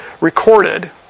recorded